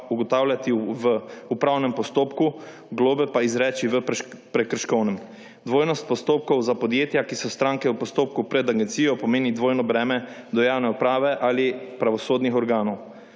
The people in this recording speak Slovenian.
ugotavljati v upravnem postopku, globe pa izreči v prekrškovnem. Dvojnost postopkov za podjetja, ki so stranke v postopku pred agencijo, pomeni dvojno breme do javne uprave ali pravosodnih organov.